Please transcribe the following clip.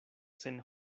sen